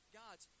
gods